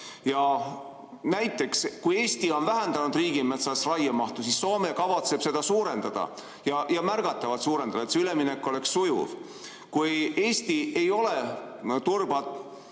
Ja näiteks, kui Eesti on vähendanud riigimetsas raiemahtu, siis Soome kavatseb seda suurendada ja märgatavalt suurendada, et see üleminek oleks sujuv. Kui Eesti ei ole turba